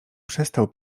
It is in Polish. przestał